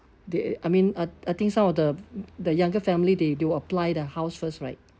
they I mean uh I think some of the the younger family they they do apply the house first right